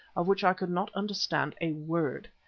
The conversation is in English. of which i could not understand a word.